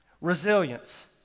Resilience